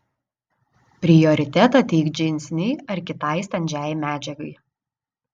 prioritetą teik džinsinei ar kitai standžiai medžiagai